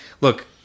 look